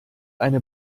eine